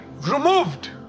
removed